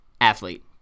athlete